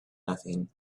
nothing